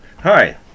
hi